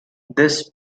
this